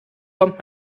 kommt